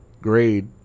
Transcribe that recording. grade